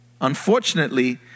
Unfortunately